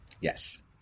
Yes